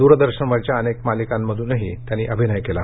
दूरदर्शनवरच्या अनेक मालिकांमधूनही त्यांनी अभिनय केला